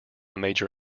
major